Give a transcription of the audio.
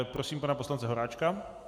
Prosím pana poslance Horáčka.